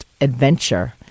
adventure